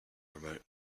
remote